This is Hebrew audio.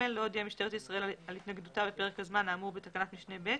לא הודיעה משטרת ישראל על התנגדותה בפרק הזמן האמור בתקנת משנה (ב),